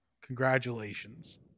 congratulations